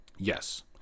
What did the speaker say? Yes